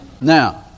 Now